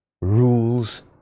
rules